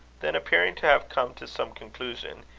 then appearing to have come to some conclusion,